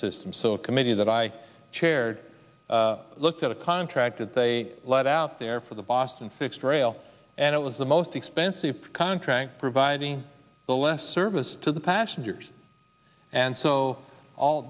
system so a committee that i chaired looked at a contract that they let out there for the boston fixed rail and it was the most expensive contract providing the less service to the passengers and so all